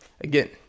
Again